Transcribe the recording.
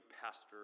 pastor